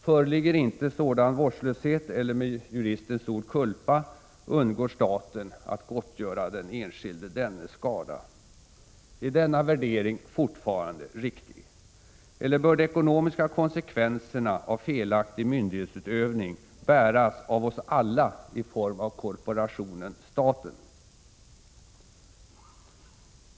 Föreligger icke sådan vårdslöshet, eller med juristens ord culpa, undgår staten att gottgöra den enskilde dennes skada. Är denna värdering fortfarande riktig? Eller bör de ekonomiska konsekvenserna av felaktig myndighetsutövning bäras av oss alla i form av korporationen staten?